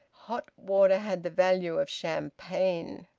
hot water had the value of champagne.